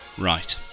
Right